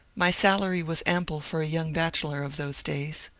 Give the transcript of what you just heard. my salary was ample for a young bachelor of those days.